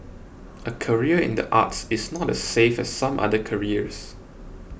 a career in the arts is not as safe as some other careers